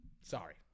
Sorry